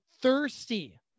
thirsty